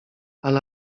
ale